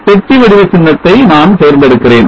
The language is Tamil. பெட்டி வடிவ சின்னத்தை நான் தேர்ந்தெடுக்கிறேன்